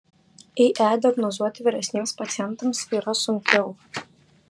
ie diagnozuoti vyresniems pacientams yra sunkiau